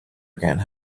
again